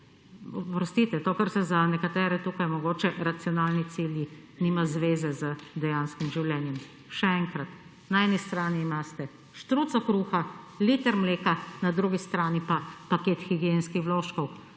oprostite to, kar se za nekatere tukaj mogoče racionalni cilji nima zveze z dejanskim življenjem. Še enkrat, na eni strani imate štruco kruha, liter mleka na drugi strani pa paket higienskih vložkov